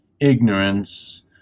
ignorance